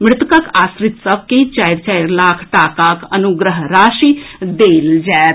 मृतकक आश्रित सभ के चारि चारि लाख टाकाक अनुग्रह राशि देल जाएत